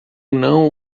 não